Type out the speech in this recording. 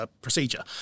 procedure